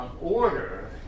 order